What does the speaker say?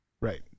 Right